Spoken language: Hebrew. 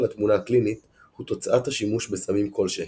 לתמונה הקלינית הוא תוצאת השימוש בסמים כלשהם.